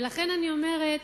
ולכן אני אומרת